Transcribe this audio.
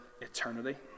eternity